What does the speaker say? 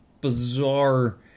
bizarre